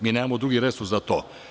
Mi nemamo drugi resurs za to.